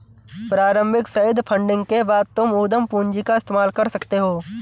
प्रारम्भिक seed funding के बाद तुम उद्यम पूंजी का इस्तेमाल कर सकते हो